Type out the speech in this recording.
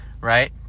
right